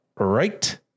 right